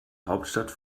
hauptstadt